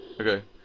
Okay